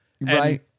right